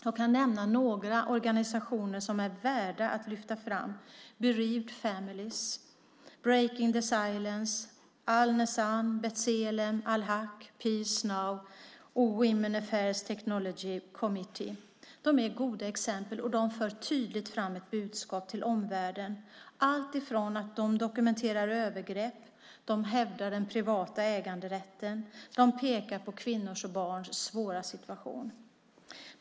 Jag kan nämna några organisationer som är värda att lyftas fram: Berieved Families, Breaking the Silence, Al Nezan, B'tselem, Al Haq, Peace Now och Women's Affairs Technology Committee. De är goda exempel, och de för tydligt fram ett budskap till omvärlden. De dokumenterar övergrepp, hävdar den privata äganderätten och pekar på kvinnors och barns svåra situation.